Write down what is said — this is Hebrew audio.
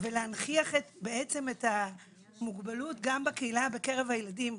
ולהנכיח בעצם את המוגבלות בקהילה בקרב הילדים.